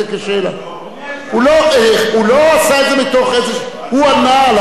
הוא לא עשה את זה מתוך איזשהו, הוא ענה על הדברים.